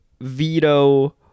veto